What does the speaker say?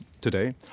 today